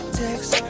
text